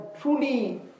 truly